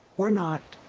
we're not,